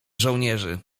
żołnierzy